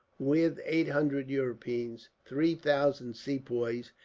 with eight hundred europeans, three thousand sepoys,